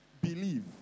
believe